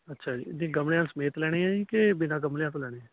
ਅੱਛਾ ਜੀ ਤੁਸੀਂ ਗਮਲਿਆਂ ਸਮੇਤ ਲੈਣੇ ਆ ਜੀ ਕਿ ਬਿਨਾਂ ਗਮਲਿਆਂ ਤੋਂ ਲੈਣੇ